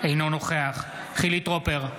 אינו נוכח חילי טרופר,